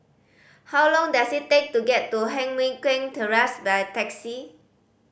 how long does it take to get to Heng Mui Keng Terrace by taxi